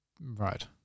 Right